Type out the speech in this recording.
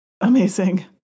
Amazing